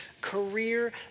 career